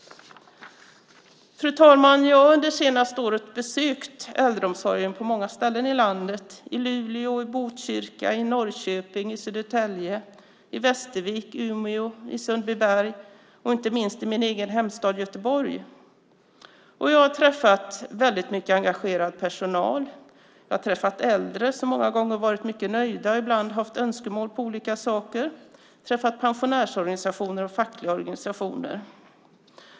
Jag har under senaste året besökt äldreomsorgen på många ställen i landet i Luleå, Botkyrka, Norrköping, Södertälje, Västervik, Umeå, Sundbyberg och inte minst i min hemstad Göteborg. Jag har träffat väldigt mycket engagerad personal. Jag har träffat äldre som många gånger har varit mycket nöjda och ibland haft önskemål om olika saker. Jag har träffat pensionärsorganisationer och fackliga organisationer.